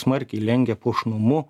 smarkiai lenkia puošnumu